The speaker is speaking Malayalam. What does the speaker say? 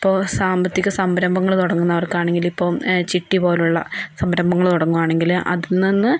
ഇപ്പോൾ സാമ്പത്തിക സംരംഭങ്ങള് തുടങ്ങുന്നവർക്കാണെങ്കില് ഇപ്പോൾ ചിട്ടി പോലുളള സംരംഭങ്ങള് തുടങ്ങുകയാണെങ്കില് അതിൽനിന്ന്